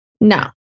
No